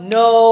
no